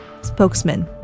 spokesman